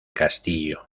castillo